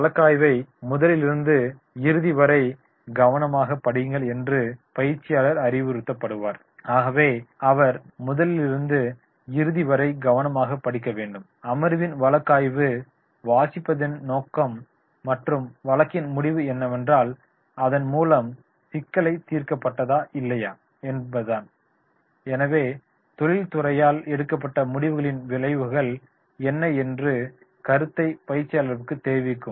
வழக்காய்வை முதலிலிருந்து இறுதிவரை கவனமாகப் படியுங்கள் என்று பயிற்சியாளர் அறிவுறுத்தப்படுவார் ஆகவே அவர் முதலிலிருந்து இறுதிவரை கவனமாகப் படிக்க வேண்டும் ஆரம்பத்தில் வழக்கு ஆய்வை வாசிப்பதன் நோக்கம் மற்றும் வழக்கின் முடிவு என்னெவென்றால் அதன்மூலம் சிக்கல்கள் தீர்க்கப்பட்டதா இல்லையா என்பதுதான் எனவே தொழில்துறையால் எடுக்கப்பட்ட முடிவுகளின் விளைவுகள் என்ன என்ற கருத்தை பயிற்சியாளர்களுக்கு தெரிவிக்கும்